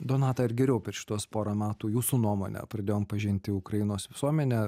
donata ar geriau per šituos porą metų jūsų nuomone pradėjom pažinti ukrainos visuomenę